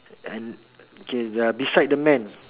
and okay beside the man